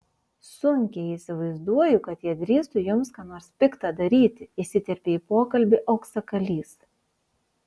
sunkiai įsivaizduoju kad jie drįstų jums ką nors pikta daryti įsiterpė į pokalbį auksakalys